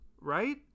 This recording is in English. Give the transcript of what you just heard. right